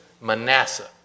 Manasseh